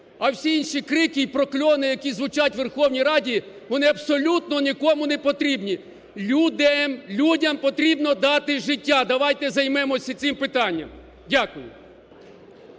а всі інші крики і прокльони, які звучать у Верховній Раді, вони абсолютно нікому не потрібні. Людям потрібно дати життя. Давайте займемося цим питанням. Дякую.